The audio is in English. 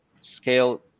scale